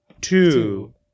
Two